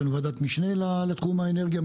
יש לנו וועדת משנה לתחום האנרגיה,